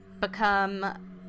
become